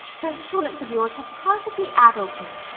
those sonnets of yours have perfectly addled me.